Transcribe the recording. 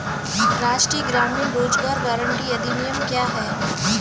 राष्ट्रीय ग्रामीण रोज़गार गारंटी अधिनियम क्या है?